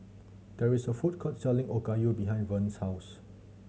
there is a food court selling Okayu behind Verner's house